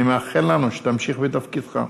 ואני מאחל לנו שתמשיך בתפקידך.